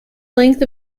length